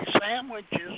sandwiches